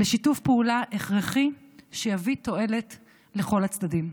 לשיתוף פעולה הכרחי שיביא תועלת לכל הצדדים.